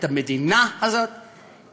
את המדינה הזאת,